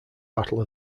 battle